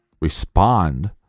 respond